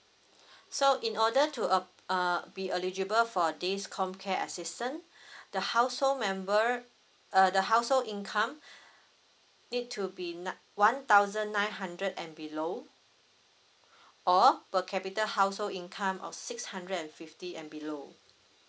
so in order to ap~ uh be eligible for this comcare assistant the household member uh the household income need to be nine one thousand nine hundred and below or per capita household income of six hundred and fifty and below